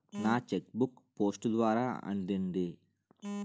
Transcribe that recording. నా cheque book post ద్వారా అందింది